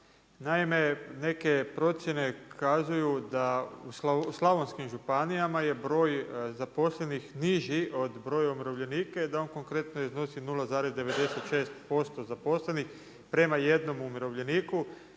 Naime, neke procjene kazuju da u slavonskim županijama je broj zaposlenih niži od broja umirovljenika i da on konkretno iznosu 0,96% zaposlenih prema 1 umirovljeniku,